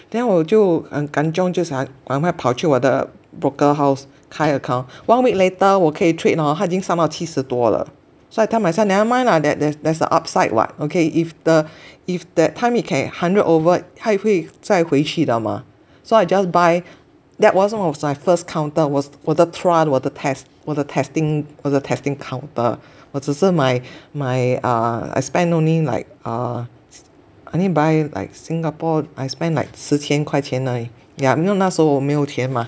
then 我就很 kanchiong 就想要赶快跑去我的 broker house 开 account one week later 我可以 trade hor 它已经上到七十多了 so I tell myself never mind lah there there's there's a upside what okay if the if that time it can hundred over 它会再回去的嘛 so I just buy that one was my first counter 我的 trial 我的 test 我的 testing 我的 testing counter 我只是买买 err I spend only like err I only buy like Singapore I spend like 十千块而已 yeah 因为那时侯我没有钱嘛